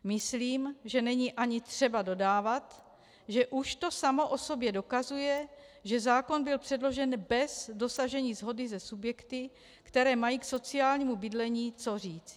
Myslím, že není ani třeba dodávat, že už to samo o sobě dokazuje, že zákon byl předložen bez dosažení shody se subjekty, které mají k sociálnímu bydlení co říct.